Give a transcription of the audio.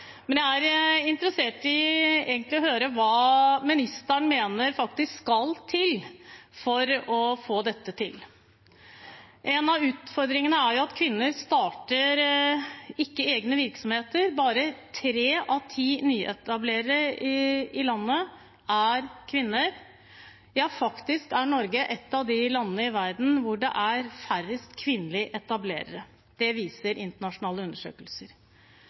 Jeg er interessert i å høre hva statsråden faktisk mener skal til for å få dette til. En av utfordringene er at kvinner ikke starter egne virksomheter. Bare tre av ti nyetablerere i landet er kvinner. Faktisk er Norge et av de landene i verden hvor det er færrest kvinnelige etablerere. Det viser internasjonale undersøkelser.